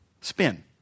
Spin